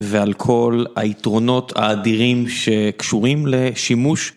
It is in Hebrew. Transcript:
ועל כל היתרונות האדירים שקשורים לשימוש.